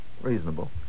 reasonable